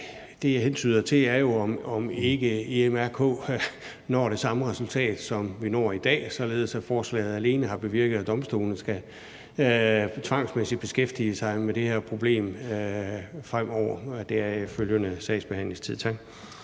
Det, jeg hentyder til, er jo, om ikke EMRK når det samme resultat, som vi når i dag, således at forslaget alene har bevirket, at domstolene tvangsmæssigt skal beskæftige sig med det her problem fremover med deraf følgende sagsbehandlingstid?